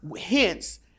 Hence